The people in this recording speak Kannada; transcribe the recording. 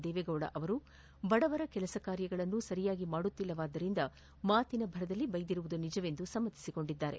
ದೇವೇಗೌಡ ಅವರು ಬಡವರ ಕೆಲಸ ಕಾರ್ಯಗಳನ್ನು ಸರಿಯಾಗಿ ಮಾಡುತ್ತಿಲ್ಲವಾದ್ದರಿಂದ ಮಾತಿನ ಭರದಲ್ಲಿ ಬೈದಿರುವುದು ನಿಜವೆಂದು ಸಮ್ನತಿಸಿಕೊಂಡಿದ್ದಾರೆ